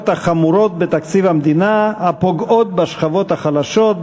החמורות בתקציב המדינה הפוגעות בשכבות החלשות,